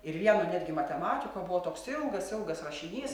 ir vieno netgi matematiko buvo toks ilgas ilgas rašinys